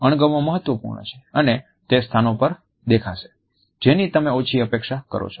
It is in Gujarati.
અણગમો મહત્વપૂર્ણ છે અને તે સ્થાનો પર દેખાશે જેની તમે ઓછી અપેક્ષા કરો છો